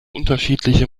unterschiedliche